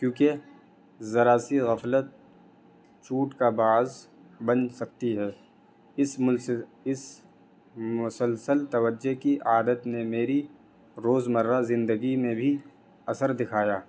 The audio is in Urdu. کیونکہ ذرا سی غفلت چوٹ کا بعض بن سکتی ہے اس مل اس مسلسل توجہ کی عادت نے میری روز مرہ زندگی میں بھی اثر دکھایا